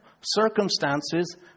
circumstances